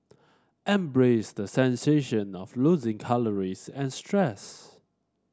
embrace the sensation of losing calories and stress